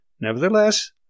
Nevertheless